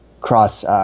cross